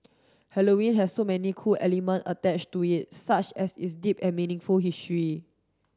Halloween has so many cool element attached to it such as its deep and meaningful history